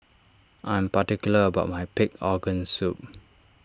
I am particular about my Pig Organ Soup